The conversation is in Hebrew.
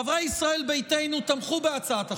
שאני אומר בלב לא קל: חברי ישראל ביתנו תמכו בהצעת החוק.